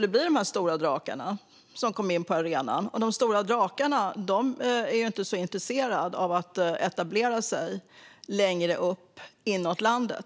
nämligen stora drakar som kom in på arenan. De stora drakarna är ju inte intresserade av att etablera sig längre upp inåt landet.